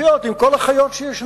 אתה צריך לחיות עם כל החיות שישנן.